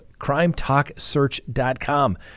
crimetalksearch.com